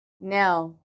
Now